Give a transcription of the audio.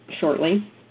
shortly